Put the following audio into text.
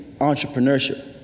entrepreneurship